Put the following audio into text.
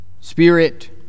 Spirit